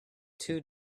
two